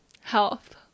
health